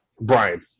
Brian